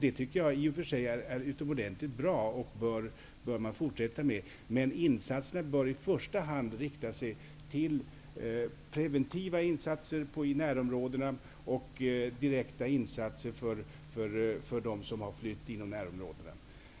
Det tycker jag i och för sig är utomordentligt bra, och det bör man fortsätta med, men insatserna bör i första hand vara preventiva, i närområdena och omfatta direkt hjälp till dem som har flytt inom närområ dena.